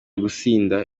gusinda